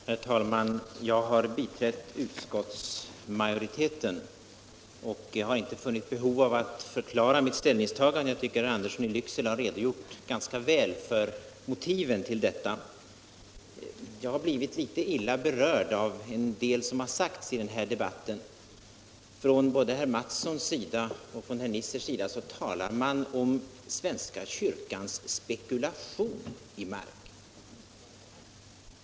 Herr talman! Jag har biträtt utskottsmajoriteten, och jag har inte funnit behov av att förklara mitt ställningstagande. Jag tycker att herr Andersson i Lycksele har redogjort ganska väl för motiven till detta. Jag har blivit litet illa berörd av en del som har sagts i den här debatten. Både herr Mattsson i Lane-Herrestad och herr Nisser talar om svenska kyrkans spekulation i mark.